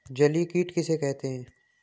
जलीय कीट किसे कहते हैं?